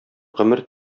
гомер